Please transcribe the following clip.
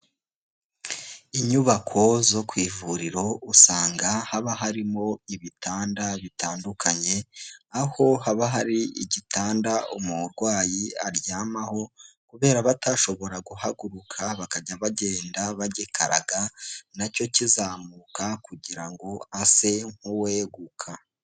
Inyubako zo ku ivuriro usanga haba harimo ibitanda bitandukanye, aho haba hari igitanda umurwayi aryamaho kubera aba atashobora guhaguruka, bakajya bagenda bagikaraga na cyo kizamuka kugira ngo ase nk'uweguka.